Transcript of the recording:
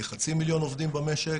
כחצי מיליון עובדים במשק.